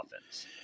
offense